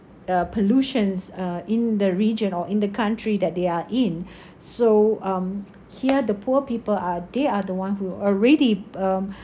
uh pollutions uh in the region or in the country that they are in so um here the poor people are they are the one who already um